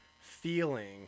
feeling